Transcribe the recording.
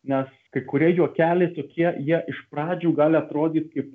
nes kai kurie juokeliai tokie jie iš pradžių gali atrodyt kaip